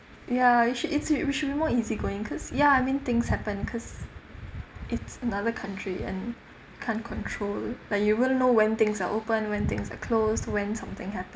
ya you should it's it we should be more easy going cause ya I mean things happen because it's another country and can't control like you wouldn't know when things are open when things are closed when something happens